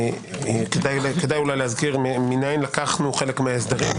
כדאי להזכיר מניין לקחנו חלק מההסדרים,